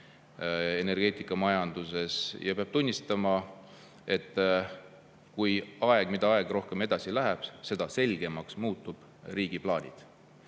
energeetikamajanduses. Ja peab tunnistama, et mida rohkem aeg edasi läheb, seda selgemaks muutuvad riigi plaanid.